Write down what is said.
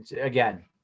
again